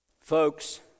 Folks